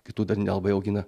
kitų dar nelabai augina